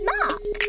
Mark